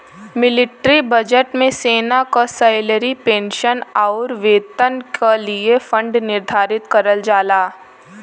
military budget में सेना क सैलरी पेंशन आउर वेपन क लिए फण्ड निर्धारित करल जाला